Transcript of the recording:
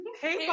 Hey